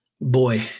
boy